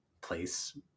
place